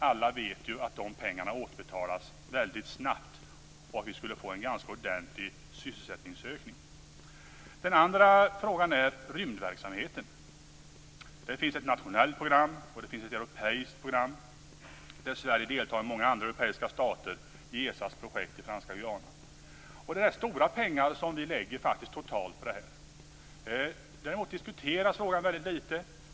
Alla vet att de pengarna återbetalas väldigt snabbt och att vi skulle få en ganska ordentlig sysselsättningsökning. Den andra frågan gäller rymdverksamheten. Det finns ett nationellt program, och det finns ett europeiskt program. Sverige och många andra europeiska stater deltar i ESA:s projekt i franska Guyana. Det är stora pengar som vi totalt lägger ned där. Däremot diskuteras frågan väldigt lite.